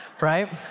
right